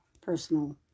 personal